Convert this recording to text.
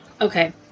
okay